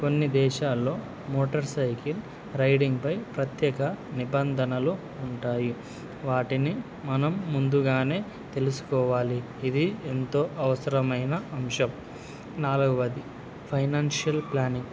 కొన్ని దేశాల్లో motorcycle రైడింగ్పై ప్రత్యేక నిబంధనలు ఉంటాయి వాటిని మనం ముందుగానే తెలుసుకోవాలి ఇది ఎంతో అవసరమైన అంశం నాలుగవది ఫైనాన్షియల్ ప్లానింగ్